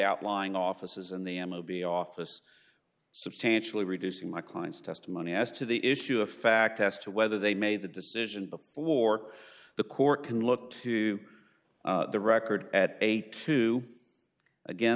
outlying offices and the m o b o office substantially reducing my client's testimony as to the issue of fact as to whether they made the decision before the court can look to the record at eight to again